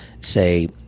say